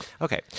Okay